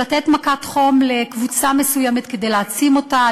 של לתת "מכת חום" לקבוצה מסוימת כדי להעצים אותה,